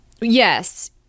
Yes